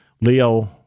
Leo